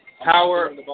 power